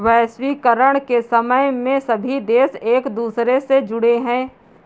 वैश्वीकरण के समय में सभी देश एक दूसरे से जुड़े है